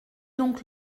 donc